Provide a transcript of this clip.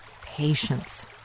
patience